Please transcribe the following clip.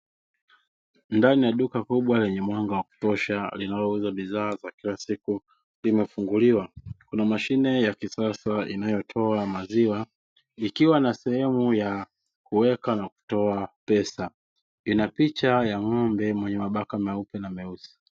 Ndani ya duka kubwa lenye mwanga wa kotosha, linalouza bidhaa za kila siku limefunguliwa. Kuna mashine ya kisasa inayotoa maziwa, ikiwa na sehemu ya kuweka na kutoa pesa, ina picha ya ng'ombe yenye mabaka meupe na meusi.